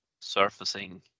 surfacing